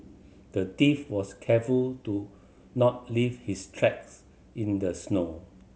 the thief was careful to not leave his tracks in the snow